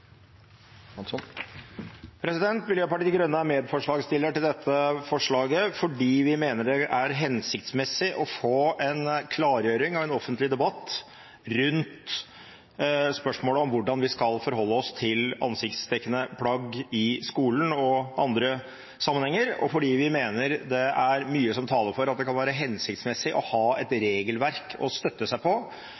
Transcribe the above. sommeren. Miljøpartiet De Grønne er medforslagsstiller til dette forslaget fordi vi mener det er hensiktsmessig å få en klargjøring og en offentlig debatt rundt spørsmålet om hvordan vi skal forholde oss til ansiktsdekkende plagg i skolen og i andre sammenhenger, og fordi vi mener det er mye som taler for at det kan være hensiktsmessig å ha